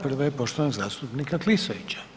Prva je poštovanog zastupnika Klisovića.